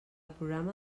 programa